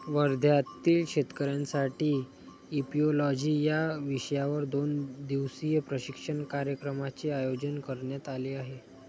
वर्ध्यातील शेतकऱ्यांसाठी इपिओलॉजी या विषयावर दोन दिवसीय प्रशिक्षण कार्यक्रमाचे आयोजन करण्यात आले आहे